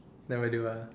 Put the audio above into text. never do ah